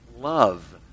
love